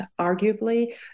arguably